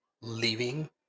leaving